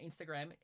Instagram